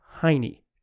tiny